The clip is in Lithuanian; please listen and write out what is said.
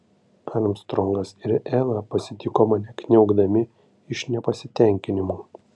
armstrongas ir ela pasitiko mane kniaukdami iš nepasitenkinimo